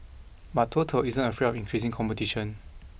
but total isn't afraid of increasing competition